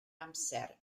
amser